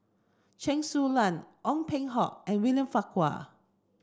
Chen Su Lan Ong Peng Hock and William Farquhar